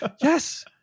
Yes